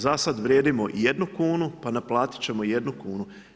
Za sad vrijedimo jednu kunu pa naplatit ćemo jednu kunu.